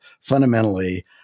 fundamentally